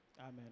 Amen